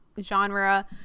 genre